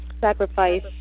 sacrifice